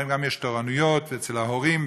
גם יש תורנויות אצל ההורים,